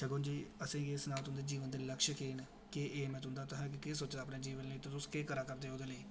तनु जी असें गी एह् सनाओ कि तुं'दे जीवन दा लक्ष्य केह् न केह् ऐम ऐ तुं'दा तोहें अग्गें केह् सोचेदा अपने जीवन लेई ते तुस केह् करा करदे ओ ओह्दे लेई